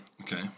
Okay